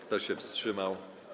Kto się wstrzymał?